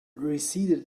receded